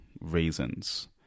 reasons